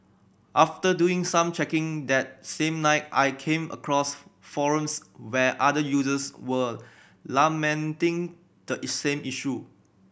after doing some checking that same night I came across forums where other users were lamenting the same issue